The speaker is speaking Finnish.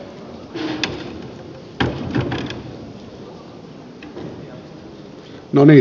arvoisa puhemies